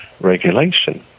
Regulation